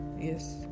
Yes